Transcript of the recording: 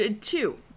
two